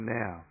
now